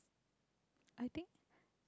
I think